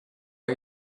are